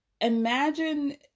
imagine